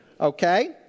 Okay